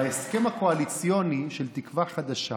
בהסכם הקואליציוני של תקווה חדשה